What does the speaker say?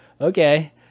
Okay